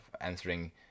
answering